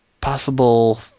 possible